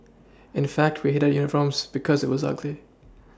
in fact we hated our uniforms because it was ugly